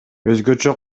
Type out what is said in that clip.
өзгөчө